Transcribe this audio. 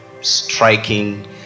striking